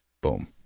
Boom